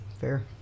Fair